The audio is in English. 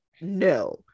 no